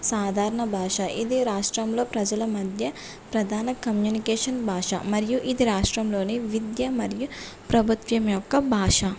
సాధారణ భాష ఇది రాష్ట్రంలో ప్రజల మధ్య ప్రధాన కమ్యూనికేషన్ భాష మరియు ఇది రాష్ట్రంలోని విద్య మరియు ప్రభుత్వం యొక్క భాష